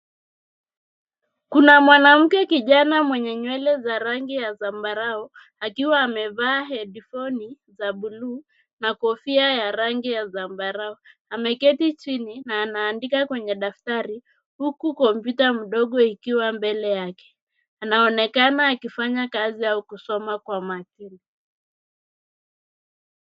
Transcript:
Kuna mwanamke kijana mwenye nywele za rangi ya zambarau, akiwa amevaa hedifoni za blue , na kofia ya rangi ya zambarau. Ameketi chini na anaandika kwenye daftari, huku kompyuta mdogo ikiwa mbele yake. Anaonekana akifanya kazi au kusoma kwa makini.